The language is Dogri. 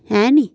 है नी